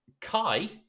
Kai